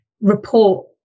report